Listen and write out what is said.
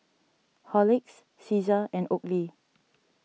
Horlicks Cesar and Oakley